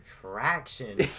traction